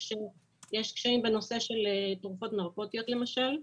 יש קשיים בנושא של תרופות נרקוטיות למשל.